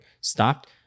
stopped